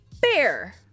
Bear